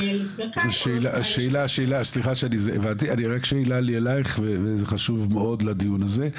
רק שאלה לי אלייך וזה חשוב מאוד לדיון הזה,